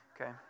okay